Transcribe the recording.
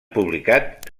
publicat